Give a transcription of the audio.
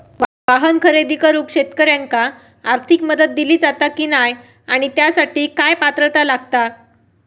वाहन खरेदी करूक शेतकऱ्यांका आर्थिक मदत दिली जाता की नाय आणि त्यासाठी काय पात्रता लागता?